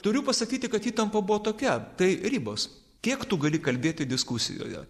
turiu pasakyti kad įtampa buvo tokia tai ribos kiek tu gali kalbėti diskusijoje